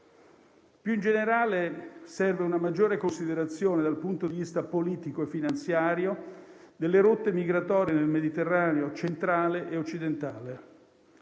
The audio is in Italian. Più in generale, serve una maggiore considerazione dal punto di vista politico e finanziario delle rotte migratorie nel Mediterraneo centrale e occidentale.